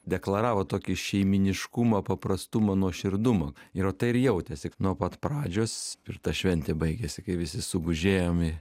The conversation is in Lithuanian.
deklaravo tokį šeimyniškumą paprastumą nuoširdumą ir o tai ir jautėsi nuo pat pradžios ir ta šventė baigėsi kai visi sugužėjom į